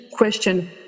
Question